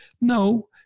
No